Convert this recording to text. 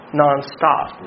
nonstop